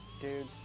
dude,